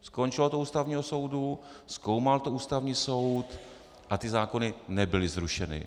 Skončilo to u Ústavního soudu, zkoumal to Ústavní soud a ty zákony nebyly zrušeny.